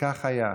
וכך היה.